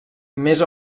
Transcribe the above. més